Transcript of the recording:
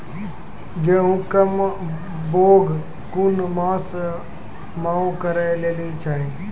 गेहूँमक बौग कून मांस मअ करै लेली चाही?